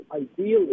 ideally